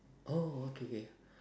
oh okay K